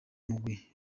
mugwi